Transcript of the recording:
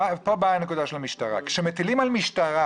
ופה באה הנקודה של המשטרה, כשמטילים על משטרה